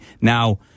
now